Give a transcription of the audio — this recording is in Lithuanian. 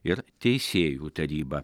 ir teisėjų taryba